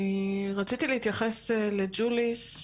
אני רציתי להתייחס לג'וליס,